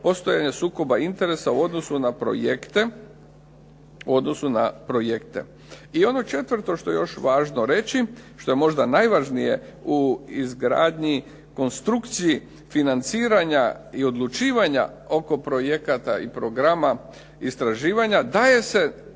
postojanje sukoba interesa u odnosu na projekte. I ono četvrto što je važno reći, što je možda najvažnije u izgradnji konstrukciji financiranja i odlučivanja oko projekata i programa istraživanja, daje se